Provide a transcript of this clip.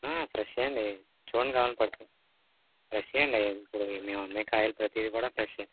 ఫ్రెష్షే అండి చూడండి కావాలంటే పట్టుకొని ఫ్రెష్షే అండి ఇప్పుడు మేము అమ్మే కాయలు ప్రతీది కూడా ఫ్రెష్షే